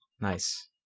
Nice